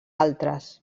altres